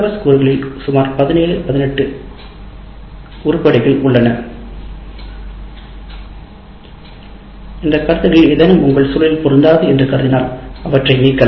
கூறுகளில் சுமார் 17 18 உருப்படிகள் உள்ளன இந்த உருப்படிகளில் ஏதேனும் உங்கள் சூழலில் பொருந்தாது என்று கருதினால் அவற்றை நீக்கலாம்